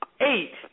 eight